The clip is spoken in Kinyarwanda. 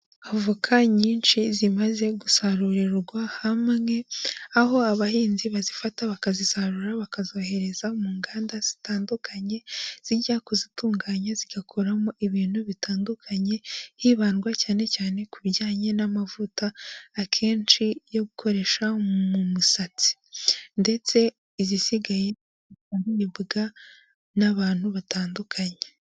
Avoka nyinshi zimaze gusarurirwa hamwe, aho abahinzi bazifata bakazisarura bakazohereza mu nganda zitandukanye zijya kuzitunganya zigakoramo ibintu bitandukanye hibandwa cyane cyane ku bijyanye n'amavuta akenshi yo gukoresha mu musatsi ndetse izisigaye zikaribwa n'abantu batandukanye.